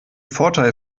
vorteil